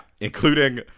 including